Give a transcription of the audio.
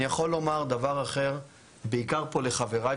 אני יכול לומר דבר אחר בעיקר פה לחבריי,